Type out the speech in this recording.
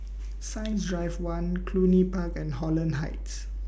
Science Drive one Cluny Park and Holland Heights